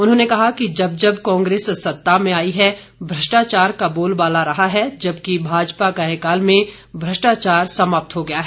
उन्होंने कहा कि जब जब कांग्रेस सत्ता में आई है भ्रष्टाचार का बोलबाला रहा है जबकि भाजपा कार्यकाल में भ्रष्टाचार समाप्त हो गया है